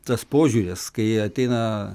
tas požiūris kai ateina